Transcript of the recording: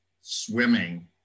swimming